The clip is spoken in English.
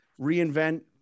reinvent